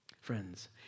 Friends